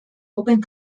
open